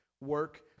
work